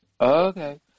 Okay